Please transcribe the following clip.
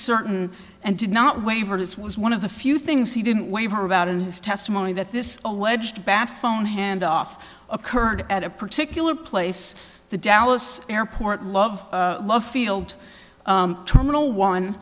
certain and did not waiver this was one of the few things he didn't waver about in his testimony that this alleged bad phone handoff occurred at a particular place the dallas airport love love field terminal one